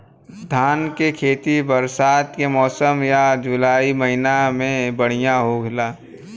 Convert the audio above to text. धान के खेती बरसात के मौसम या जुलाई महीना में बढ़ियां होला?